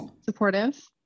Supportive